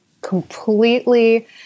completely